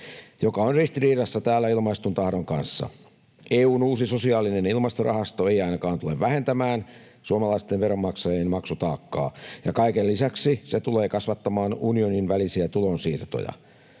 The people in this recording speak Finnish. joka on ristiriidassa täällä ilmaistun tahdon kanssa. EU:n uusi sosiaalinen ilmastorahasto ei ainakaan tule vähentämään suomalaisten veronmaksajien maksutaakkaa, ja kaiken lisäksi se tulee kasvattamaan unionin sisäisiä tulonsiirtoja.